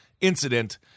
incident